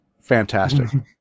fantastic